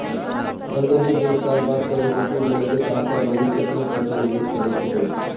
पंद्रह से बीस साल बाद करोड़ पति बने के चाहता बानी केतना पइसा निवेस करे के होई?